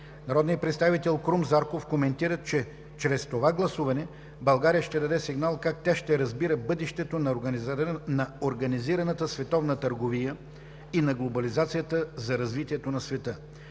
Народният представител Крум Зарков коментира, че чрез това гласуване България ще даде сигнал как тя ще разбира бъдещето на организираната световна търговия и на глобализацията за развитието на света.